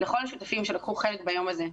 לכל השותפים שלקחו חלק ביום הזה,